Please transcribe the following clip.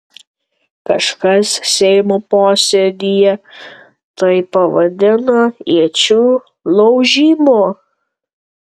kažkas seimo posėdyje tai pavadino iečių laužymu